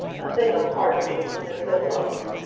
a thing apart, even, from his good looks.